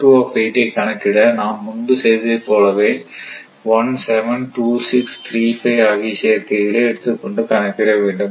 ஐ கணக்கிட நாம் முன்பு செய்ததைப் போலவே 17 26 35 ஆகிய சேர்க்கைகளை எடுத்துக் கொண்டு கணக்கிட வேண்டும்